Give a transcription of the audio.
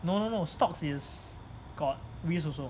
no no no stocks is got risk also